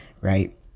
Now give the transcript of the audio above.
right